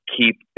keep